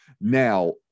Now